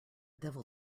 devil